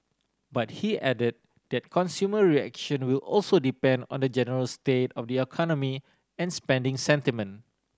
but he added that consumer reaction will also depend on the general state of the economy and spending sentiment